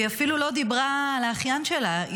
היא אפילו לא דיברה על האחיין שלה,